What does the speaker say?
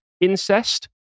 incest